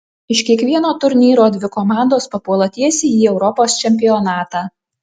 iš kiekvieno turnyro dvi komandos papuola tiesiai į europos čempionatą